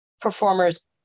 performers